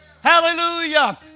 Hallelujah